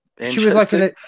Interesting